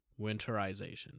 winterization